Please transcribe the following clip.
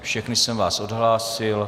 Všechny jsem vás odhlásil.